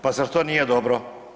Pa zar to nije dobro?